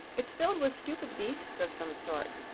it's filled with stupid beasts of some sort,